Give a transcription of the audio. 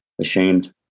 ashamed